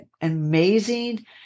amazing